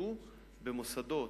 שייקלטו במוסדות